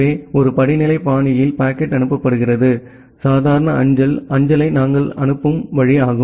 எனவே ஒரு படிநிலை பாணியில் பாக்கெட் அனுப்பப்படுகிறது சாதாரண அஞ்சல் அஞ்சலை நாங்கள் அனுப்பும் வழி